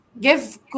give